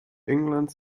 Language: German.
englands